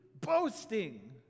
Boasting